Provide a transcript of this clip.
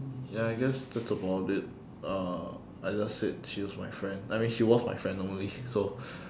ya I guess that's about it uh I just said she was my friend I mean she was my friend only so